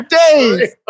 days